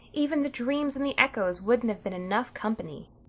even the dreams and the echoes wouldn't have been enough company.